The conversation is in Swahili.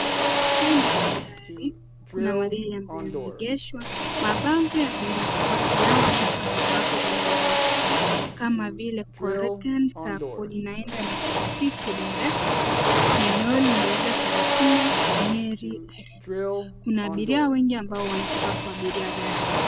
Steji ya gari kuna magari ambayo yameegeshwa, mabango yameekwa yanayoonyesha mahali ambapo gari yanaekwa kama vile Koreken Sacco linaenda Nakuru City Direct, na Neo linaenda Karatina, Nyeri. Kuna abiria wengi wanataka kuabiria gari.